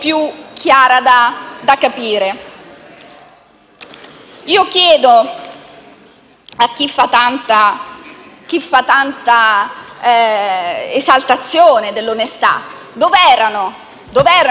più chiara da capire. Chiedo, pertanto a chi fa tanta esaltazione dell'onestà: dov'erano